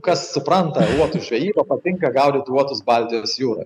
kas supranta uotų žvejybą patinka gaudyt uotus baltijos jūroj